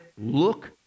look